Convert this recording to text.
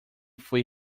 foi